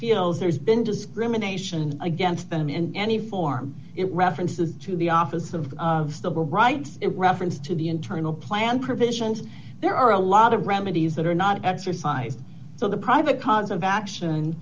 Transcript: feels there's been discrimination against them in any form it references to the office of civil rights it reference to the internal plan provisions there are a lot of remedies that are not exercised so the private cause of action